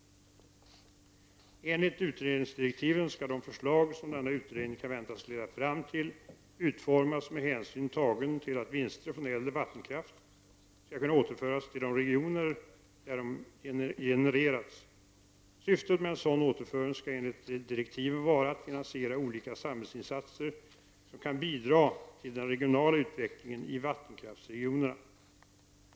Enligt utredningsdirektiven skall de förslag som denna utredning kan väntas leda fram till utformas med hänsyn till att vinster från äldre vattenkraft skall kunna återföras till de regioner där de genereras. Syftet med en sådan återföring skall enligt direktiven vara att finansiera olika samhällsinsatser, som kan bidra till den regionala utvecklingen i vattenkraftsregionerna.